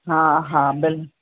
हा हा बिल